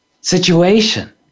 situation